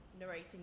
narrating